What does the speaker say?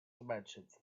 dimensions